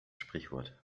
sprichwort